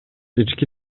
ички